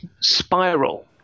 spiral